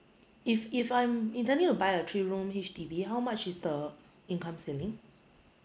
if if I'm intending to buy a three room H_D_B how much is the income ceiling